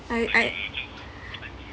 I I